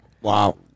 Wow